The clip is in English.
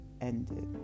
ended